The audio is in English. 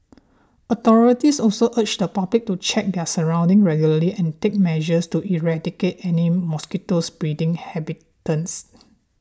authorities also urge the public to check their surroundings regularly and take measures to eradicate any mosquito breeding habitats